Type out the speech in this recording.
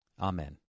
Amen